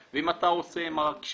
מה שאתה עושה בו פיגום זה דבר אחד.